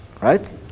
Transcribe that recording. Right